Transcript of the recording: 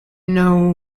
know